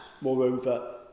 moreover